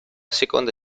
seconda